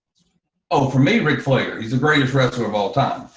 oh for me ric flair, he's the greatest wrestler of all time.